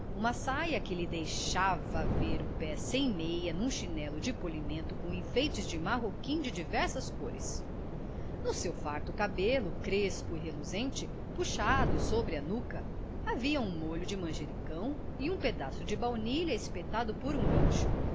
uma saia que lhe deixava ver o pé sem meia num chinelo de polimento com enfeites de marroquim de diversas cores no seu farto cabelo crespo e reluzente puxado sobre a nuca havia um molho de manjericão e um pedaço de baunilha espetado por um gancho